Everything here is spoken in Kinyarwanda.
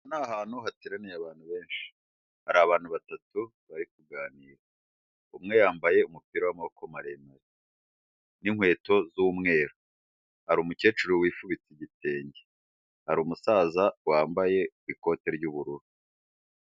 Aha ni ahantu hateraniye abantu benshi, hari abantu batatu bari kuganira, umwe yambaye umupira w'amaboko maremare n'inkweto z'umweru, hari umukecuru wifubitse igitenge, hari umusaza wambaye ikote ry'ubururu.